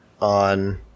on